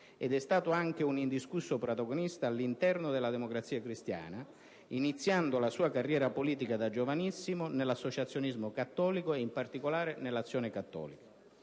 ed è stato anche un indiscusso protagonista all'interno della Democrazia cristiana, iniziando la sua carriera politica da giovanissimo nell'associazionismo cattolico, e in particolare nell'Azione cattolica.